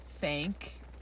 thank